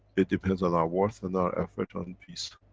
it depends on our worth and our effort on peace.